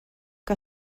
que